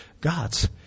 gods